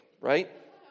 right